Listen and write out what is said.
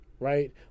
Right